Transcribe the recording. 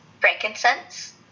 frankincense